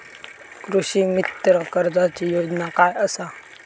कृषीमित्र कर्जाची योजना काय असा?